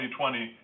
2020